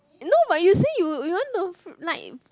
no but you say you you want to like